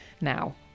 Now